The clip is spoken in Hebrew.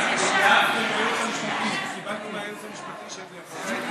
התייעצנו עם הייעוץ המשפטי של הכנסת.